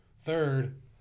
Third